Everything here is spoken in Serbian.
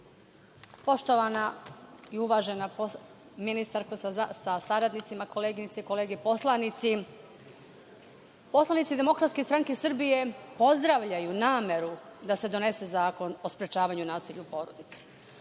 i uvažena ministarko sa saradnicima, koleginice i kolege poslanici, poslanici DSS pozdravljaju nameru da se donese zakon o sprečavanju nasilja u porodici,